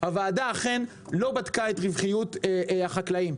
הוועדה אכן לא בדקה את רווחיות החקלאים,